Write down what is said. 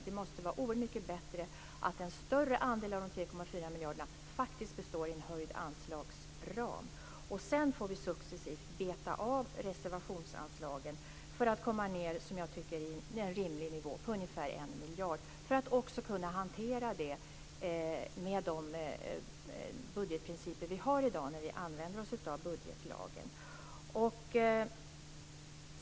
Det måste vara oerhört mycket bättre att en större andel av de 3,4 miljarderna faktiskt består i en höjd anslagsram. Sedan får vi successivt beta av reservationsanslagen för att komma ned i en rimlig nivå på ungefär 1 miljard. Detta ska kunna hanteras med de budgetprinciper som finns i dag i budgetlagen.